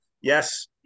Yes